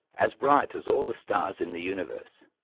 as bright as all the stars in the universe.